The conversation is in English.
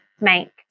make